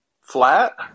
flat